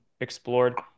explored